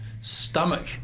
stomach